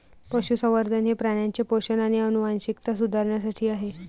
पशुसंवर्धन हे प्राण्यांचे पोषण आणि आनुवंशिकता सुधारण्यासाठी आहे